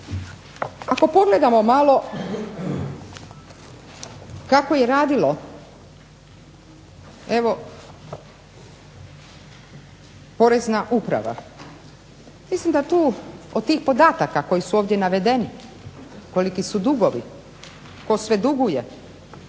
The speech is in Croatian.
Ako pogledamo malo kako je radilo evo porezna uprava, mislim da tu od tih podataka koji su ovdje navedeni, koliki su dugovi, tko sve duguje,